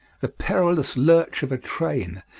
the perilous lurch of a train,